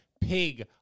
pig